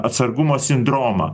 atsargumo sindromą